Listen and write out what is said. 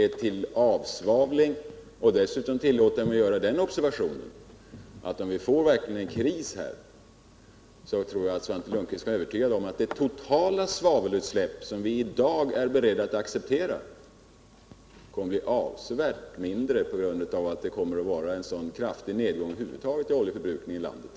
Jag tillåter mig dessutom att göra följande observation: Om vi verkligen får en kris, tror jag att Svante Lundkvist kan vara övertygad om att det totala svavelutsläppet kommer att bli avsevärt mindre än det som vi i dag är beredda att acceptera — på grund av att det kommer att bli en mycket kraftig nedgång av oljeförbrukningen över huvud taget.